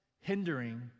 hindering